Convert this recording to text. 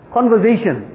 conversation